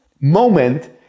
moment